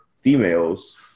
females